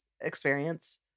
experience